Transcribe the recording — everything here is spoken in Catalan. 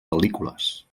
pel·lícules